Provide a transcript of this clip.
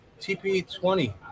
tp20